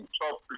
top